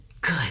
good